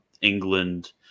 England